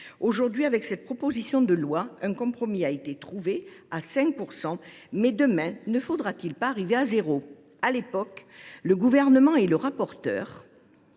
Aujourd’hui, avec cette proposition de loi, un compromis a été trouvé à 5 %. Mais, demain, ne faudra t il pas arriver à 0 %?